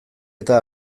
eta